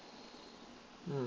mm